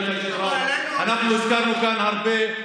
אדוני היושב-ראש: אנחנו הזכרנו כאן הרבה את